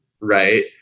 right